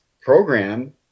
program